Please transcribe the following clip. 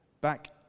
Back